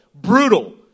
brutal